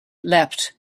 leapt